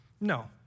No